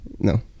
No